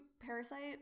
Parasite